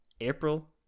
April